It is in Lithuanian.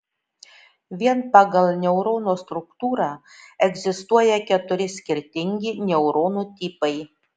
vien pagal neurono struktūrą egzistuoja keturi skirtingi neuronų tipai